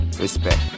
Respect